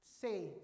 say